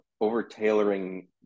over-tailoring